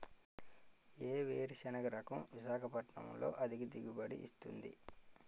ఏ వేరుసెనగ రకం విశాఖపట్నం లో అధిక దిగుబడి ఇస్తుంది?